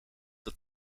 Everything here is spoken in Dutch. dat